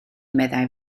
meddai